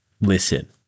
listen